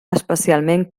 especialment